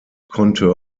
konnte